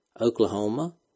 Oklahoma